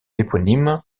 éponyme